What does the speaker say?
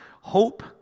Hope